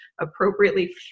appropriately